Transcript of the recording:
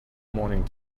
morning